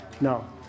No